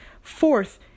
Fourth